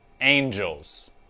Angels